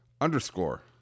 underscore